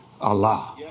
Allah